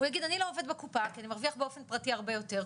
הוא יגיד 'אני לא עובד בקופה כי אני מרוויח באופן פרטי הרבה יותר',